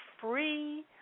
free